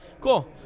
Cool